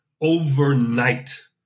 overnight